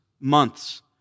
months